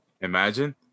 Imagine